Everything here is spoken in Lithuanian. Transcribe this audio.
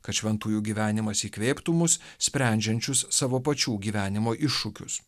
kad šventųjų gyvenimas įkvėptų mus sprendžiančius savo pačių gyvenimo iššūkius